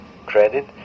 credit